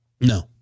no